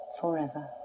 forever